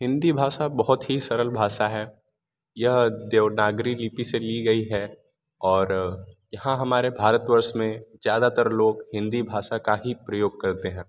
हिंदी भाषा बहुत ही सरल भाषा है यह देवनागरी लिपि से ली गई है और यहाँ हमारे भारतवर्ष में ज़्यादातर लोग हिंदी भाषा का ही प्रयोग करते है